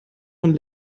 von